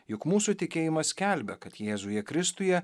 juk mūsų tikėjimas skelbia kad jėzuje kristuje